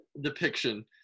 Depiction